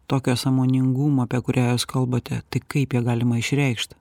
tokio sąmoningumo apie kurią jūs kalbate tai kaip ją galima išreikšt